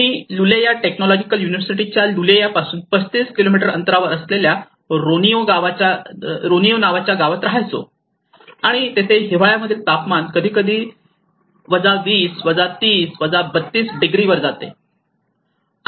मी Lulea technological युनिव्हर्सिटीच्या च्या लुलेयापासून 35 किलोमीटर अंतरावर असलेल्या रोनिओ नावाच्या गावात रहायचो आणि तेथे हिवाळ्यातील तापमान कधीकधी 20 30 32 डिग्री वर जाते